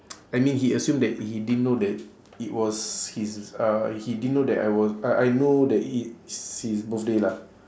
I mean he assume he didn't know that it was his uh he didn't know that I was I I know that it's his birthday lah